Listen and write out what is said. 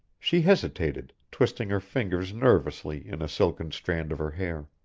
she hesitated, twisting her fingers nervously in a silken strand of her hair.